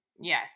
Yes